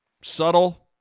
Subtle